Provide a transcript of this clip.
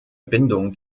bindung